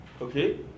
okay